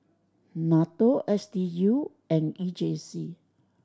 NATO S D U and E J C